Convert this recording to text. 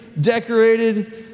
decorated